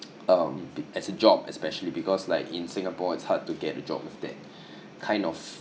um as a job especially because like in singapore it's hard to get a job with that kind of